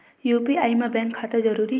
UPI मा bank खाता जरूरी हे?